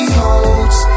holds